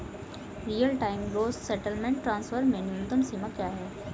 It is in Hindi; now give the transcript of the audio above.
Real time gross settlement transfer में न्यूनतम सीमा क्या है?